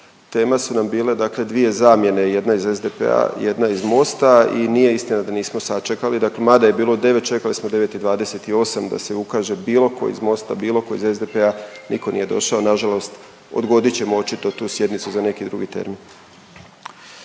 tema su nam bile dakle dvije zamjene, jedna iz SDP-a, a jedna iz Mosta i nije istina da nismo sačekali, mada je bilo 9 čekali smo 9 i 28 da se ukaže bilo ko iz Mosta, bilo ko iz SDP-a, niko nije došao nažalost odgodit ćemo očito tu sjednicu za neki drugi termin.